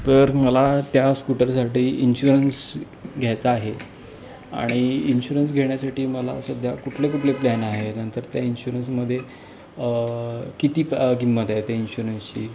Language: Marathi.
तर मला त्या स्कूटरसाठी इन्शुरन्स घ्यायचा आहे आणि इन्शुरन्स घेण्यासाठी मला सध्या कुठले कुठले प्लॅन आहे नंतर त्या इन्शुरन्समध्ये किती प किंमत आहे त्या इन्शुरन्सची